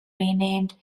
renamed